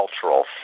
cultural